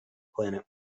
planet